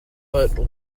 but